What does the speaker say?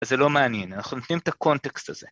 ‫אז זה לא מעניין, ‫אנחנו נותנים את הקונטקסט הזה.